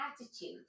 attitude